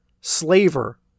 slaver